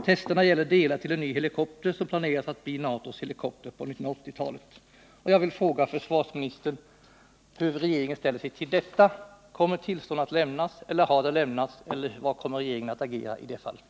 Testerna gäller delar till en ny helikopter, som planeras att bli NATO:s helikopter på 1980-talet.” tillstånd att lämnas eller har det lämnats? Hur kommer regeringen att agera i det här fallet?